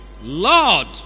Lord